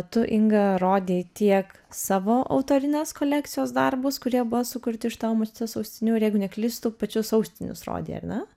tu inga rodei tiek savo autorinės kolekcijos darbus kurie buvo sukurti iš tavo močiutės ausinių ir jeigu neklystu pačius austinius rodei ar ne